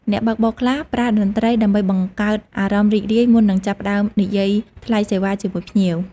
អ្នកបើកបរខ្លះប្រើតន្ត្រីដើម្បីបង្កើតអារម្មណ៍រីករាយមុននឹងចាប់ផ្តើមនិយាយថ្លៃសេវាជាមួយភ្ញៀវ។